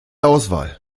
auswahl